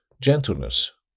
gentleness